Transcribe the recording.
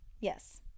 Yes